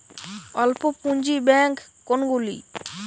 অল্প পুঁজি ব্যাঙ্ক কোনগুলি?